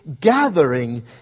gathering